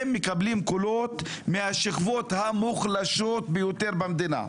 הם מקבלים קולות מהשכבות המוחלשות ביותר במדינה,